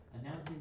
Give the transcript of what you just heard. announcing